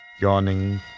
yawning